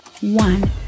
one